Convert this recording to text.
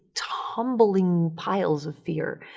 tumbling piles of fear.